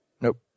Nope